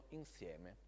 insieme